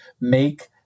make